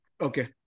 okay